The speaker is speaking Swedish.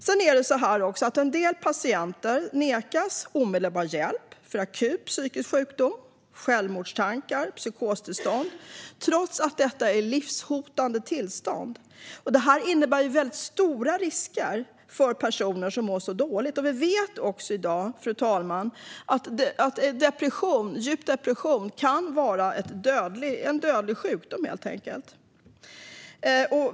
Sedan är det också så här: En del patienter nekas omedelbar hjälp för akut psykisk sjukdom som självmordstankar eller psykostillstånd, trots att detta är livshotande tillstånd. Detta innebär stora risker för personer som mår så dåligt. Vi vet också i dag, fru talman, att djup depression kan vara en dödlig sjukdom.